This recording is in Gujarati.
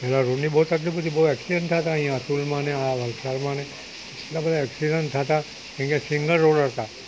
પેલા રોડની બહુ તકલીફ હતી બહુ એક્સીડન્ટ થતાં અહીં અતુલમાં ને આ રીક્ષાઓમાં એટલા બધા એક્સીડન્ટ થતાં કારણ કે સિંગલ રોડ હતા